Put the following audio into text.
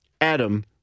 Adam